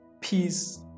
peace